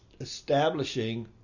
establishing